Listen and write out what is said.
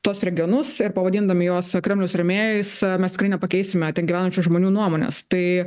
tuos regionus ir pavadindami juos kremliaus rėmėjais mes tikrai nepakeisime ten gyvenančių žmonių nuomones tai